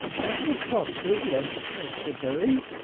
ave the prossers left canterbury?